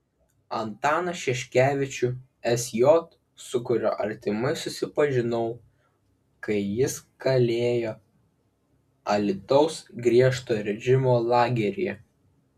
antaną šeškevičių sj su kuriuo artimai susipažinau kai jis kalėjo alytaus griežto režimo lageryje